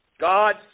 God